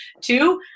Two